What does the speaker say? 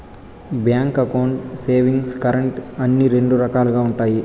bank అకౌంట్లు savings, current అని రెండు రకాలుగా ఉంటాయి